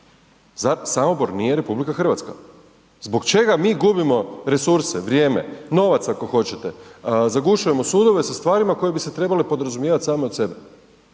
Samobor nije RH. Zbog čega mi gubimo resurse, vrijeme, novac ako hoćete, zagušujemo sudove sa stvarima koje bi se trebale podrazumijevat same od sebe.